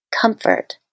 comfort